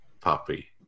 puppy